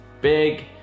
big